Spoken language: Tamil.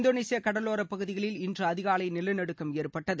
இந்தோனேஷிய கடலோர பகுதிகளில் இன்று அதிகாலை நிலநடுக்கம் ஏற்பட்டது